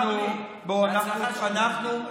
חבר הכנסת כץ, אני אולי אאכזב אותך: